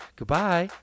Goodbye